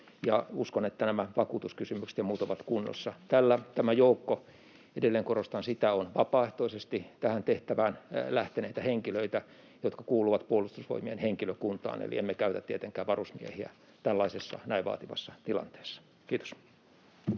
Uskon, että vakuutuskysymykset ja muut ovat kunnossa. Tämä joukko, edelleen korostan sitä, on vapaaehtoisesti tähän tehtävään lähteneitä henkilöitä, jotka kuuluvat Puolustusvoimien henkilökuntaan. Eli emme tietenkään käytä varusmiehiä tällaisessa, näin vaativassa tilanteessa. — Kiitos.